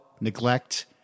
neglect